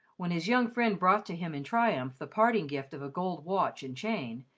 when his young friend brought to him in triumph the parting gift of a gold watch and chain,